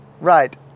Right